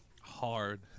Hard